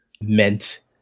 meant